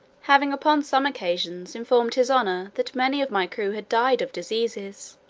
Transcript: having, upon some occasions, informed his honour that many of my crew had died of diseases.